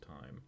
time